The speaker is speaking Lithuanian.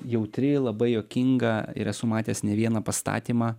jautri labai juokinga ir esu matęs ne vieną pastatymą